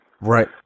right